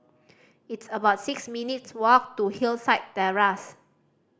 it's about six minutes' walk to Hillside Terrace